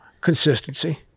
consistency